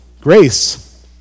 Grace